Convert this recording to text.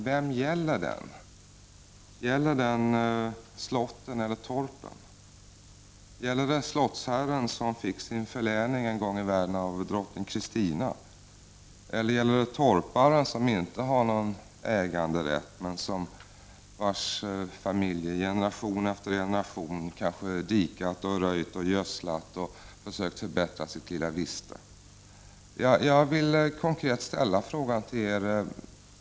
Vem gäller egendomsrätten? Gäller den slottsherren, som fick sin förläning en gång i världen av drottning Kristina? Eller gäller den torparen, som inte har någon äganderätt men vars familj i generation efter generation kanske har dikat, röjt, gödslat och försökt förbättra sitt lilla viste? Jag vill konkret ställa frågan till er.